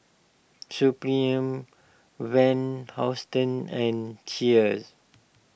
Supreme Van Housten and Cheers